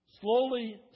slowly